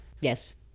yes